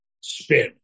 spin